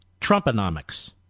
Trumponomics